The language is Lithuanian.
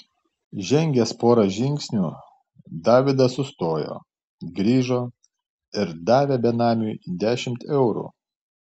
žengęs porą žingsnių davidas sustojo grįžo ir davė benamiui dešimt eurų